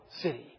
city